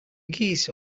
geese